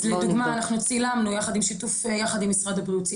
אז לדוגמא אנחנו צילמנו יחד עם משרד הבריאות,